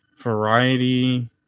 variety